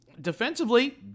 defensively